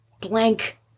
blank